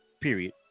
period